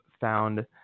found